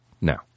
Now